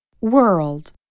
World